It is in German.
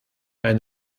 ein